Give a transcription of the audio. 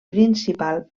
principal